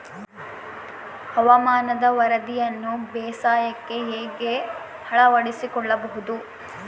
ಹವಾಮಾನದ ವರದಿಯನ್ನು ಬೇಸಾಯಕ್ಕೆ ಹೇಗೆ ಅಳವಡಿಸಿಕೊಳ್ಳಬಹುದು?